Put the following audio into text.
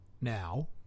now